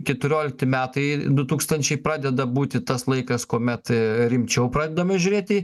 keturiolikti metai du tūkstančiai pradeda būti tas laikas kuomet rimčiau pradedama žiūrėti į